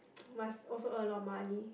must also earn a lot of money